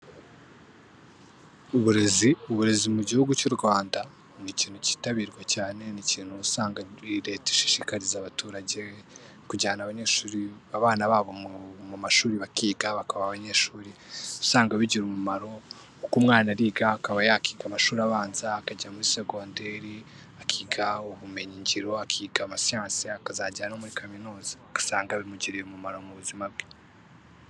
uburezi, uburezi mu gihugu cy'u Rwanda, ni ikintu cyitabirwa cyane, ni ikintu usanga leta ishishikariza abaturage kujyana abanyeshuri, abana babo mu mashuri bakiga, bakaba abanyeshuri, usanga bigira umumaro kuko umwana ariga, akaba yakiga amashuri abanza, akajya muri segonderi, akiga ubumenyigiro, akiga amasiyansi, akazajya no muri kaminuza, ugasanga bimugiriye umumaro mu buzima bwe.